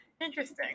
Interesting